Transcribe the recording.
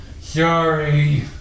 Sorry